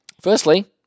Firstly